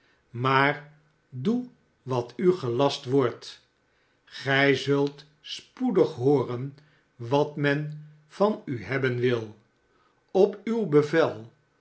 maar doe wat standvastigheid van den slotenmaker u gelast wordt gij zult spoedig hooren wat men van u hebben wil op uw bevel